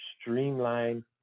streamline